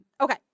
Okay